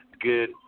Good